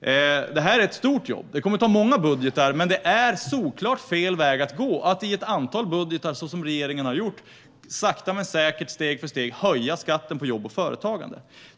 Detta är ett stort jobb, och det kommer att ta många budgetar. Men det är solklart fel väg att gå att, som regeringen har gjort, i ett antal budgetar sakta men säkert och steg för steg höja skatten på jobb och företagande.